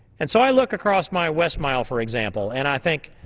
and so i look across my west mile, for example, and i think,